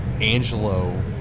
Angelo